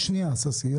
שנייה ששי,